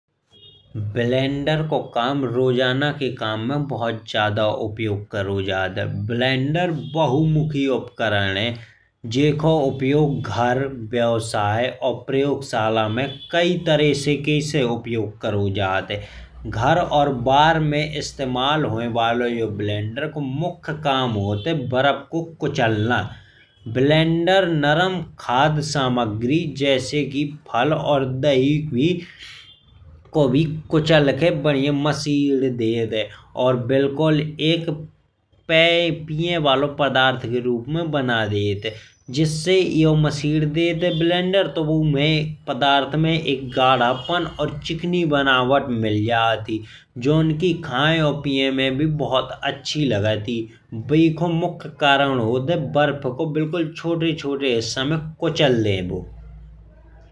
ब्लेंडर को काम रोजाना के काम में बहुत ज्यादे उपयोग करो जात है। ब्लेंडर बहुमुखी उपकरण है। जेकहो उपयोग घर व्यवसाय और प्रयोगशाला में कई तरीके से उपयोग करो जात है। घर और बार में इस्तेमाल होये बालो यो ब्लेंडर को मुख्य काम होत है। वर्फ को कुचलना ब्लेंडर नरम खाद सामग्री जैसे कि फल और दही को भी कुचल के बढ़िया माशिद देत है। और बिलकुल एक पीये बाले पदार्थ के रूप में बना देत है। जिस्से यो माशिद देत है यो ब्लेंडर तो उमे पदार्थ में एक गाढ़ापन चिकनी बनावट मिल जात। ही जोन की खाये और पीये में बहुत अच्छी लागत। ही एकहो मुख्य कारण होत है वर्फ को छोटे छोटे हिस्सा में कुचल देबो।